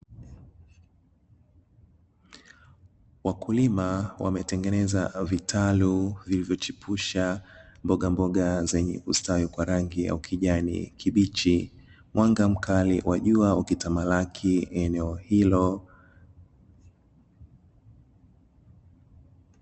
Wakulima wametengeneza vitalu vilivyochipusha mbogamboga zenye kustawi kwa rangi ya ukijani kibichi, mwanga mkali wa jua ukitamalaki eneo hilo.